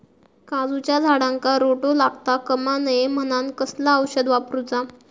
काजूच्या झाडांका रोटो लागता कमा नये म्हनान कसला औषध वापरूचा?